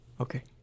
Okay